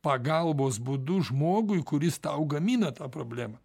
pagalbos būdu žmogui kuris tau gamina tą problemą